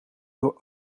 door